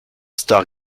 star